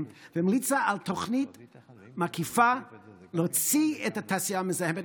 והמליצה על תוכנית מקיפה להוציא את התעשייה המזהמת